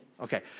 Okay